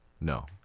no